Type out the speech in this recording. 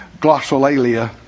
glossolalia